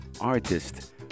artist